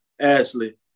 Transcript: Ashley